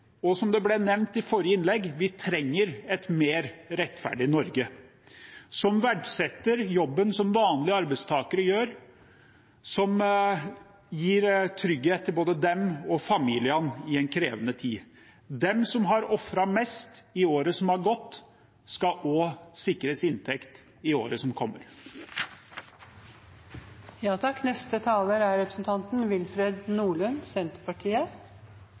og som det ble nevnt i forrige innlegg, trenger vi et mer rettferdig Norge som verdsetter jobben som vanlige arbeidstakere gjør, som gir trygghet til både dem og familiene i en krevende tid. De som har ofret mest i året som har gått, skal også sikres inntekt i året som